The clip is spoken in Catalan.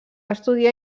estudiar